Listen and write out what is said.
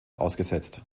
ausgesetzt